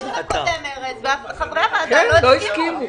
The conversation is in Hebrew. חברי הוועדה לא הסכימו.